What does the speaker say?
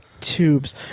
tubes